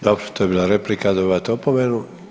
Dobro to je bila replika, dobivate opomenu.